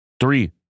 three